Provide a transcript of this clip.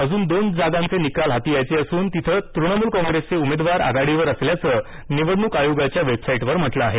अजून दोन जागांचे निकाल हाती यायचे असून तिथं तृणमूल कॉंग्रेसचे उमेदवार आघाडीवर असल्याचं निवडणूक आयोगाच्या वेबसाइटवर म्हटलं आहे